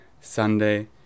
Sunday